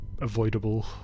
avoidable